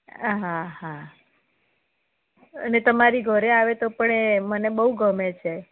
હા હા અને તમારી ઘરે આવે તો પણ એ મને બહુ ગમે છે